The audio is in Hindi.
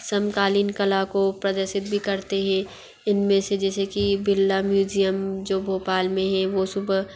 समकालीन कला को प्रदर्शित भी करते हें इन में से जैसे कि बिरला म्यूज़ियम जो भोपाल में है वो सुबह